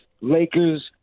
Lakers